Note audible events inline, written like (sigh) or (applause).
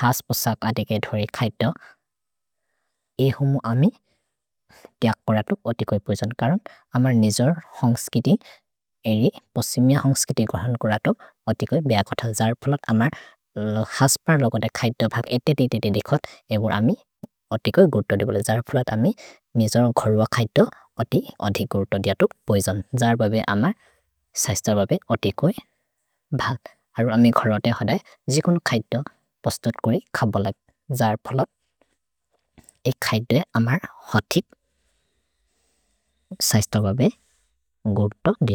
हास् पोसक् अदिके धोरि खैदु (hesitation) एहुमु अमि देख कोरतु अतिकोइ पुजन् करम् अमर् निजोर् होन्ग्स् किति एरि पोसिमिअ होन्ग्स् किति गहन् कोरतु अतिकोइ बेह कथ। जर् फलत् अमर् हास् पर् लोगद खैदु भक् एतेतेतेते देखत् एबुर् अमि अतिकोइ गुरुतो देख जर् फलत् अमि निजोर् घरुअ खैदु अति अधि गुरुतो दियतु पुजन् जर् बबे अमर् सैस्तबबे अतिकोइ भक् हरु अमि घरुअते होद जेगुन् खैदु पस्तत् कोइ खबो लग् जर् फलत् एक् खैदु ए अमर् हति सैस्तबबे गुरुतो दियतु।